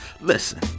Listen